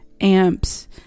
amps